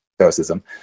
Stoicism